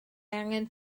angen